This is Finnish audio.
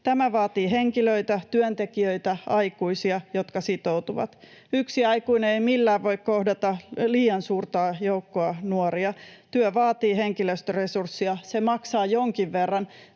Tämä vaatii henkilöitä, työntekijöitä, aikuisia, jotka sitoutuvat. Yksi aikuinen ei millään voi kohdata liian suurta joukkoa nuoria. Työ vaatii henkilöstöresurssia. Se maksaa jonkin verran